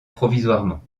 provisoirement